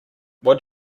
what